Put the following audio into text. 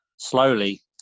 slowly